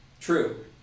true